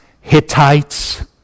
Hittites